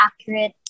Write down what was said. accurate